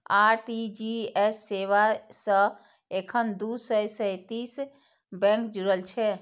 RTGS सेवा सं एखन दू सय सैंतीस बैंक जुड़ल छै